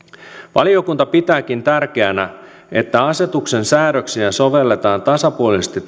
valiokunta pitääkin tärkeänä että asetuksen säädöksiä sovelletaan tasapuolisesti